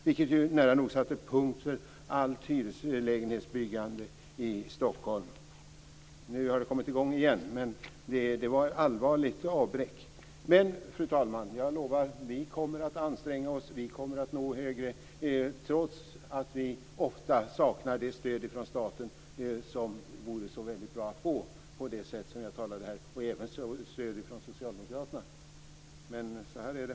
De satte ju nära nog punkt för allt hyreslägenhetsbyggande i Stockholm. Nu har det kommit i gång igen, men det var ett allvarligt avbräck. Fru talman! Jag lovar att vi kommer att anstränga oss. Vi kommer att nå högre, trots att vi ofta saknar det stöd från staten som det vore så väldigt bra att få. Det vore även bra att få det stödet från Socialdemokraterna. Men så här är det.